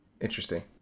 Interesting